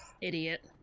Idiot